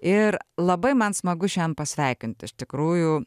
ir labai man smagu šiam pasveikinti iš tikrųjų